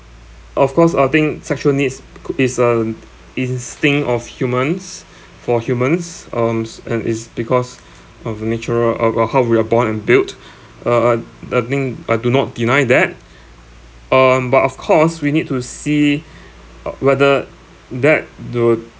of course I'll think sexual needs is a instinct of humans for humans um and it's because of natural or or how we are born and built uh uh the thing I do not deny that um but of course we need to see uh whether that the